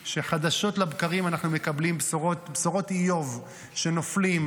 וחדשות לבקרים אנחנו מקבלים בשורות איוב שהם נופלים,